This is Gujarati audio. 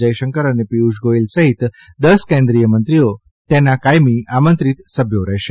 જયશંકર અને પીયુષ ગોયલ સહિત દસ કેન્દ્રીય મંત્રીઓ તેના કાયમી આમંત્રિત સભ્યો રહેશે